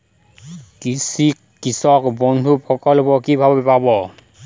কৃষকবন্ধু প্রকল্প কিভাবে পাব?